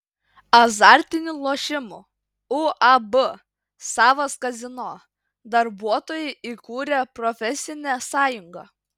azartinių lošimų uab savas kazino darbuotojai įkūrė profesinę sąjungą